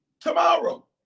Tomorrow